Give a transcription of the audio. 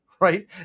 right